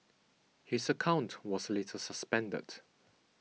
his account was later suspended